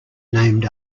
named